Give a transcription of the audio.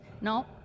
No